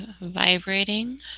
vibrating